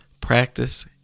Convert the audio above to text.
practice